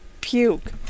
puke